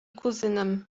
kuzynem